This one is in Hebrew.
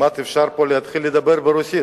כמעט אפשר להתחיל לדבר ברוסית.